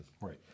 right